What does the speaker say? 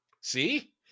See